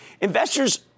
Investors